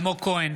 בעד אלמוג כהן,